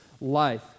life